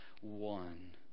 one